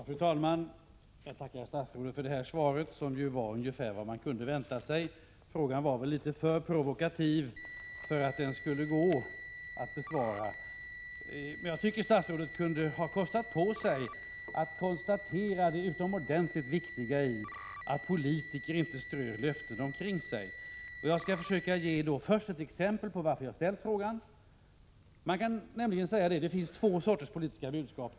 Fru talman! Jag tackar statsrådet för svaret, som ju var ungefär vad man kunde vänta sig. Frågan var väl litet för provokativ för att den skulle gå att besvara. Men jag tycker att statsrådet kunde ha kostat på sig att konstatera det utomordentligt viktiga i att politiker inte strör löften omkring sig. Jag skall försöka ge ett exempel på varför jag ställde frågan. Man kan nämligen säga att det finns två sorters politiska budskap.